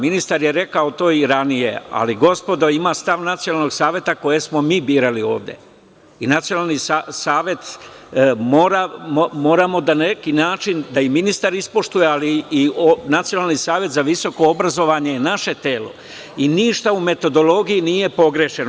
Ministar je to rekao i ranije, ali postoji stav Nacionalnog saveta kojeg smo mi birali ovde i Nacionalni savet mora na neki način i ministar da ispoštuje, ali Nacionalni savet za visoko obrazovanje je naše telo i ništa u metodologiji nije pogrešeno.